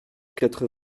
quatre